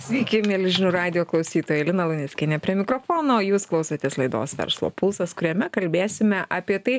sveiki mieli žinių radijo klausytojai lina luneckienė prie mikrofono jūs klausotės laidos verslo pulsas kuriame kalbėsime apie tai